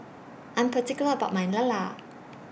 I Am particular about My Lala